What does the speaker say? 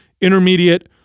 intermediate